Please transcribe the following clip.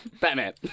Batman